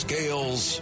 Scales